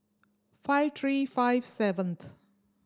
five three five seventh